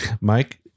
Mike